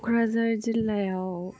क'क्राझार जिल्लायाव